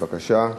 בבקשה.